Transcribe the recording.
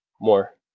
more